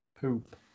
poop